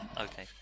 Okay